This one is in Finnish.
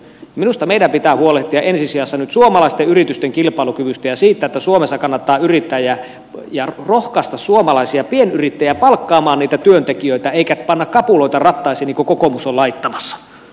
minusta meidän pitää huolehtia ensi sijassa nyt suomalaisten yritysten kilpailukyvystä ja siitä että suomessa kannattaa yrittää ja rohkaista suomalaisia pienyrittäjiä palkkaamaan niitä työntekijöitä eikä panna kapuloita rattaisiin niin kuin kokoomus on laittamassa